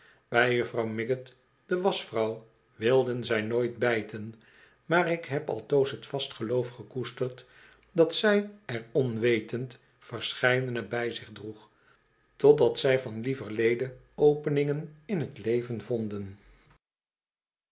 bij juffrouw miggot de wasch vrouw wilden zij nooit bijten maar ik heb altoos t vast geloof gekoesterd dat zij er onwetend verscheidene bij zich droeg totdat zij van lieverlede openingen in t leven vonden